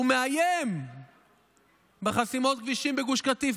הוא מאיים בחסימות כבישים בגוש קטיף.